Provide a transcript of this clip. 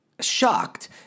shocked